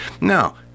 Now